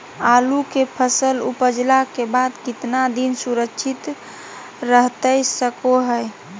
आलू के फसल उपजला के बाद कितना दिन सुरक्षित रहतई सको हय?